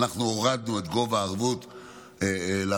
אנחנו הורדנו את גובה הערבות ל-40%,